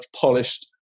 polished